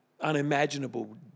unimaginable